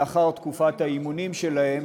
לאחר תקופת האימונים שלהם,